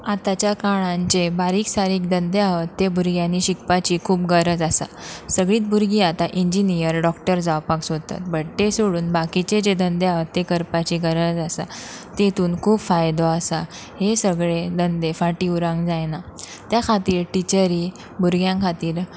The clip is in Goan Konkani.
आतांच्या काळान जे बारीक सारीक धंदे आसात ते भुरग्यांनी शिकपाची खूब गरज आसा सगळीत भुरगीं आतां इंजिनियर डॉक्टर जावपाक सोदतात बट ते सोडून बाकीचे जे धंद्या हवते करपाची गरज आसा तेतून खूब फायदो आसा हे सगळें धंदे फाटी उरक जायना त्या खातीर टिचरी भुरग्यां खातीर